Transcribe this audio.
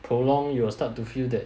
prolong you will start to feel that